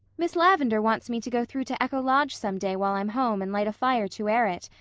miss lavendar wants me to go through to echo lodge some day while i'm home and light a fire to air it,